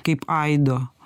kaip aido